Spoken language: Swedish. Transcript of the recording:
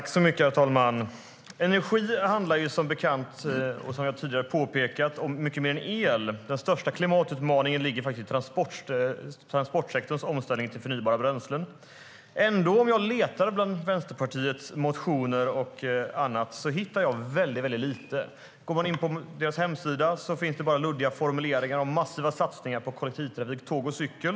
Herr talman! Energi handlar som bekant, och som jag tidigare har påpekat, om mycket mer än el. Den största klimatutmaningen ligger i transportsektorns omställning till förnybara bränslen. Om jag letar bland Vänsterpartiets motioner och annat hittar jag trots det väldigt lite. Om man går in på partiets hemsida ser man bara luddiga formuleringar om massiva satsningar på kollektivtrafik, tåg och cykel.